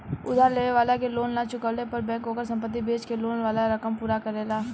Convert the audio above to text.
उधार लेवे वाला के लोन ना चुकवला पर बैंक ओकर संपत्ति बेच के लोन वाला रकम पूरा करेला